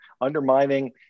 undermining